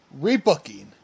Rebooking